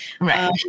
Right